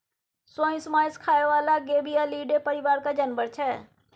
सोंइस माछ खाइ बला गेबीअलीडे परिबारक जानबर छै